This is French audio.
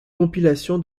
compilation